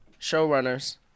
showrunners